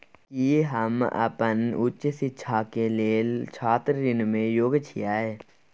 की हम अपन उच्च शिक्षा के लेल छात्र ऋण के योग्य छियै?